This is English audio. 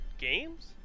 games